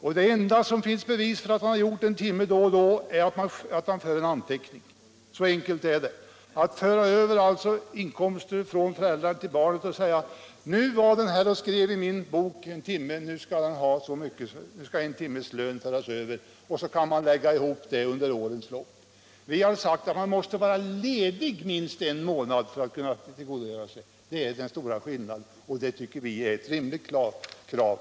Det enda bevis som finns för att han har gjort den där timmen är att han för en anteckning. Så enkelt är det alltså att föra över inkomster från föräldrar till barn. Man säger bara: Nu var han här och skrev upp en timme i min bok, så nu skall en timmes lön föras över. Sedan kan man lägga ihop detta under årens lopp. Vi har sagt att barnet måste ha ledigt minst en månad för att kunna tillgodogöra sig sådan lön. Det är den stora skillnaden, och vi tycker att det är ett rimligt krav.